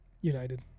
United